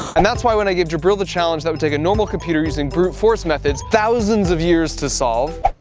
and that's why when i give jabril the challenge that would take a normal computer using brute force methods thousands of years to solve